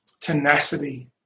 tenacity